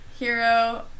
Hero